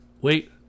wait